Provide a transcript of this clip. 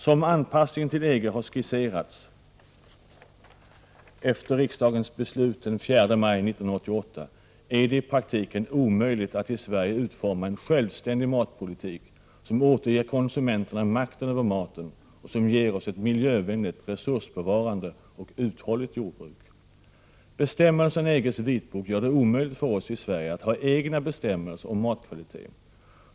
Som anpassningen till EG har skisserats efter riksdagens beslut den 4 maj 1988 är det i praktiken omöjligt att i Sverige utforma en självständig matpolitik som återger konsumenterna makten över maten och som ger oss ett miljövänligt, resursbevarande och uthålligt jordbruk. Bestämmelserna i EG:s vitbok gör det omöjligt för oss i Sverige att ha egna bestämmelser om matkvalitet.